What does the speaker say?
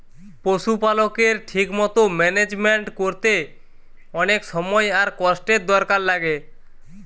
পশুপালকের ঠিক মতো ম্যানেজমেন্ট কোরতে অনেক সময় আর কষ্টের দরকার লাগে